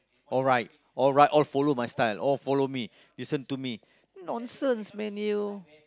alright alright all follow my style all follow me listen to me nonsense man you